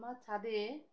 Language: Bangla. আমার ছাদে